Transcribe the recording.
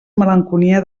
malenconia